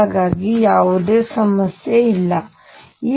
ಹಾಗಾಗಿ ಯಾವುದೇ ಸಮಸ್ಯೆ ಇಲ್ಲ ಇದು ಹಾಗೆ